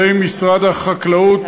למשרד החקלאות,